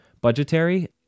budgetary